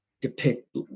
depict